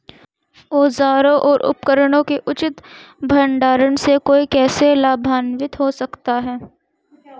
औजारों और उपकरणों के उचित भंडारण से कोई कैसे लाभान्वित हो सकता है?